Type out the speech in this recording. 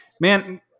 man